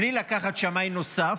בלי לקחת שמאי נוסף,